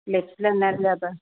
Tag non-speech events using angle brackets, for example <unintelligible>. <unintelligible>